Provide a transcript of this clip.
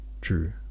true